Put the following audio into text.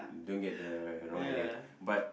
don't get the wrong idea but